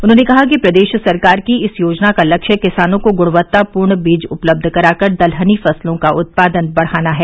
उन्होंने कहा कि प्रदेश सरकार की इस योजना का लक्ष्य किसानों को गुणवत्तापूर्ण बीज उपलब्ध कराकर दलहनी फसलों का उत्पादन बढ़ाना है